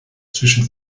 zwischen